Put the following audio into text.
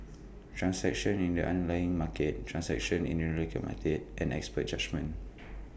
transactions in the underlying market transactions in related markets and expert judgement